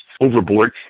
overboard